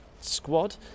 squad